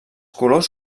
colors